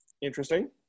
Interesting